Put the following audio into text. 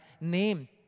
name